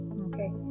okay